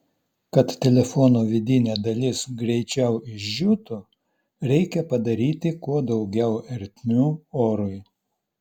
kad telefono vidinė dalis greičiau išdžiūtų reikia padaryti kuo daugiau ertmių orui